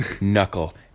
knuckle